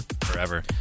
Forever